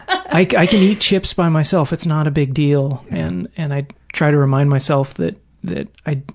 i can eat chips by myself. it's not a big deal. and and i try to remind myself that that i,